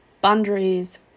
boundaries